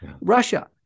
Russia